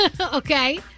Okay